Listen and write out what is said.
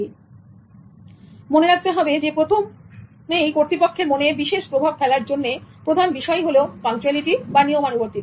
এখন মনে রাখতে হবে প্রথমপ্রথমেই কর্তৃপক্ষের মনে বিশেষ প্রভাব ফেলার জন্য প্রধান বিষয় পাংচুয়ালিটি বা নিয়মনুবর্তিতা